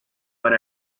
but